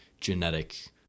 genetic